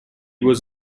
was